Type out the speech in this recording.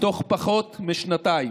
תוך פחות משנתיים.